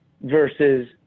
versus